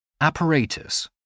apparatus